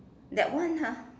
that one ah